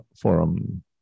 forum